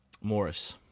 Morris